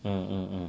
mm mm mm